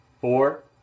Four